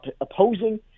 opposing